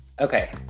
Okay